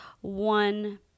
one